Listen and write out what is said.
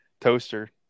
Toaster